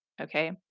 Okay